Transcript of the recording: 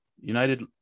United